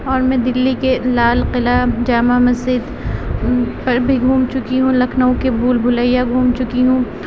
اور میں دلی کے لال قلعہ جامع مسجد پر بھی گھوم چکی ہوں لکھنؤ کے بھول بھلیا بھی گھوم چکی ہوں